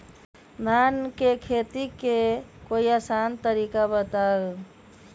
धान के खेती के कोई आसान तरिका बताउ?